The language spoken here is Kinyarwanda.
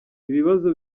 ibibazo